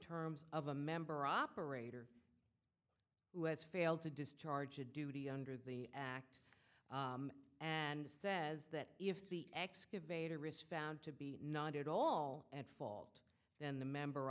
terms of a member operator who has failed to discharge a duty under the act and says that if the excavator risk found to be not at all at fault then the member